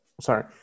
sorry